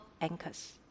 anchors